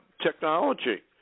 technology